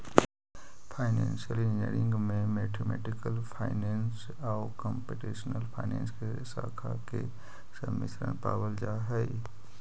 financial engineering में mathematical finance आउ computational finance के शाखा के सम्मिश्रण पावल जा हई